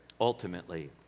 ultimately